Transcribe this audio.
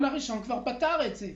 אבל הרי הקריטריון הראשון כבר פתר את זה.